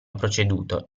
proceduto